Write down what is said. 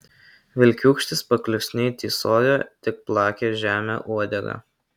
vilkiūkštis paklusniai tysojo tik plakė žemę uodegą